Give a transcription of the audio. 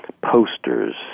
posters